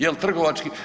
Jel trgovački?